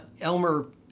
Elmer